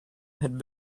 had